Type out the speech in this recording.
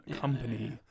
Company